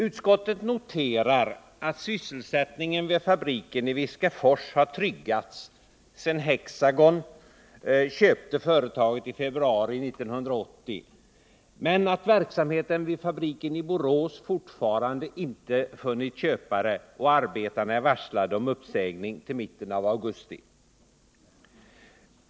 Utskottet noterar att sysselsättningen vid fabriken i Viskafors har tryggats, sedan Hexagon köpte företaget i februari 1980, men att verksamheten vid fabriken i Borås fortfarande inte funnit någon köpare och att arbetarna är varslade om uppsägning till mitten av augusti.